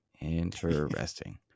Interesting